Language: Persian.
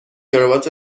کراوات